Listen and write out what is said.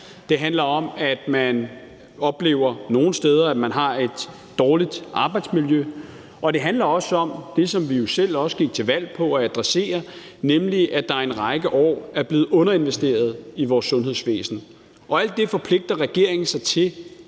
Det handler om, at man nogle steder oplever, at man har et dårligt arbejdsmiljø, og det handler også om det, som vi også selv gik til valg på at adressere, nemlig at der i en række år er blevet underinvesteret i vores sundhedsvæsen. Alt det forpligter regeringen sig til